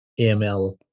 AML